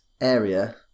area